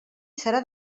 serà